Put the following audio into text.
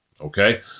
okay